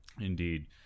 Indeed